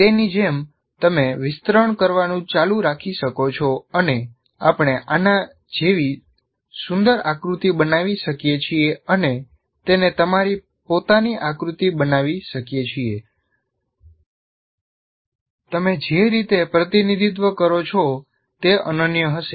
તેની જેમ તમે વિસ્તરણ કરવાનું ચાલુ રાખી શકો છો અને આપણે આના જેવી સુંદર આકૃતિ બનાવી શકીએ છીએ અને તેને તમારી પોતાની આકૃતિ બનાવી શકીએ છીએ તમે જે રીતે પ્રતિનિધિત્વ કરો છો તે અનન્ય હશે